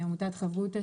מעמותת חיברותא,